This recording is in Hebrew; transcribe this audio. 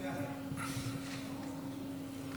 והגנת הסביבה